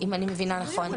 אם אני מבינה נכון.